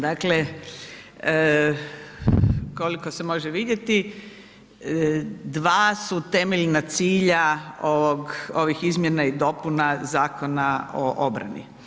Dakle, koliko se može vidjeti, dva su temeljna cilja ovih izmjena i dopuna Zakona o obrani.